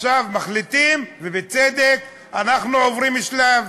מחליטים, ובצדק אנחנו עוברים שלב,